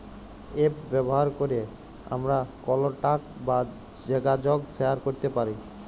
app ব্যাভার ক্যরে আমরা কলটাক বা জ্যগাজগ শেয়ার ক্যরতে পারি